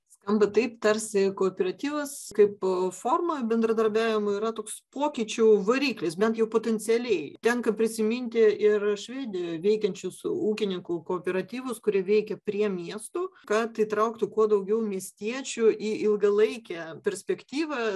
skamba taip tarsi kooperatyvas kaip forma bendradarbiavimo yra toks pokyčių variklis bent jau potencialiai tenka prisiminti ir švedijoj veikiančius ūkininkų kooperatyvus kurie veikia prie miestų kad įtrauktų kuo daugiau miestiečių į ilgalaikę perspektyvą